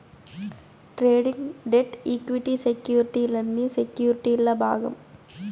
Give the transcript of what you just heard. trading, debt, equity సెక్యుర్టీలన్నీ సెక్యుర్టీల్ల భాగం